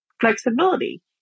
flexibility